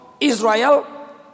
Israel